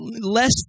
less